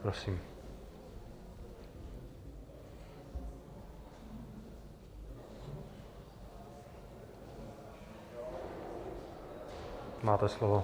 Prosím, máte slovo.